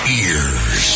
ears